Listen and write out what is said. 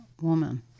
woman